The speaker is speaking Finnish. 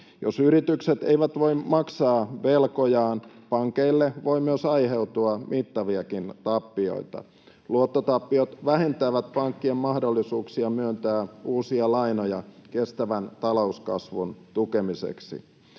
Jos yritykset eivät voi maksaa velkojaan, pankeille voi myös aiheutua mittaviakin tappioita. Luottotappiot vähentävät pankkien mahdollisuuksia myöntää uusia lainoja kestävän talouskasvun tukemiseksi.